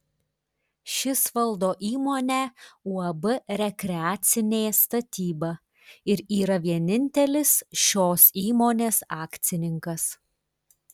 šis valdo įmonę uab rekreacinė statyba ir yra vienintelis šios įmonės akcininkas